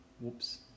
Whoops